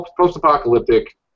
post-apocalyptic